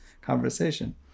conversation